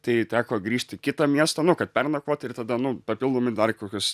tai teko grįžt į kitą miestą nu kad pernakvot ir tada nu papildomai dar kokius